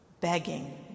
begging